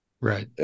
right